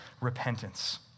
repentance